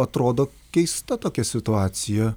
atrodo keista tokia situacija